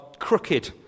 crooked